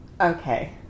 okay